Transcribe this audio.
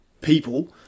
people